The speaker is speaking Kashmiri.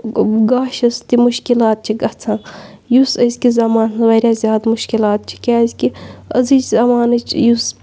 گاشَس تہِ مُشکِلات چھِ گَژھان یُس أزکِس زَمانہٕ وارِیاہ زیادٕ مُشکِلات چھِ کیٛازِ کہِ أزِچ زَمانٕچ یُس